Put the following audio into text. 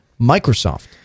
Microsoft